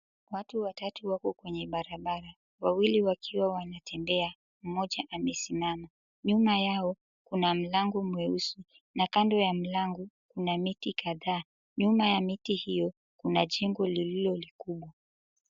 Watu watatu wako kwenye barabara, wawili wakiwa wanatembea, mmoja amesimama, nyuma yao kuna mlango mweusi na kando ya mlango kuna miti kadhaa, nyuma ya miti hiyo kuna jengo lililo likubwa.